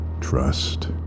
trust